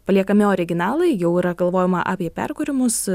paliekami originalai jau yra galvojama apie perkūrimus